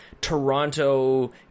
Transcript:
toronto